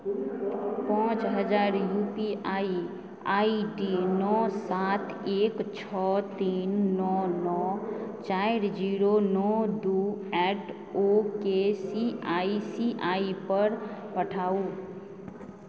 पाँच हजार U P I I D नओ सात एक छओ तीन नओ नओ चारि जीरो नओ दू eight O K C I C I C I पर पठाउ